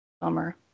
Bummer